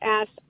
asked